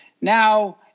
now